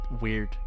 weird